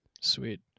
Sweet